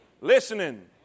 listening